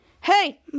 Hey